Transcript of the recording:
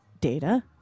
data